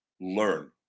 learn